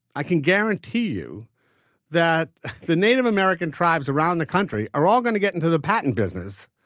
i can guarantee you that the native american tribes around the country are all going to get into the patent business,